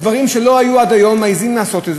דברים שלא היו עד היום מעזים לעשות.